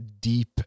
deep